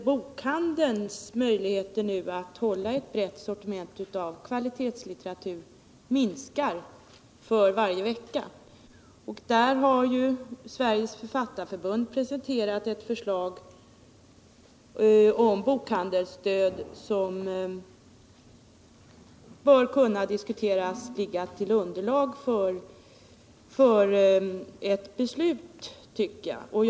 Bokhandelns möjligheter att nu hålla ett brett sortiment av kvalitetslitteratur minskar för varje vecka. Där har Sveriges författarförbund presenterat et förslag om bokhandelsstöd. Det bör redan nu kunna diskuteras om detta inte borde kunna ligga som underlag för ett beslut.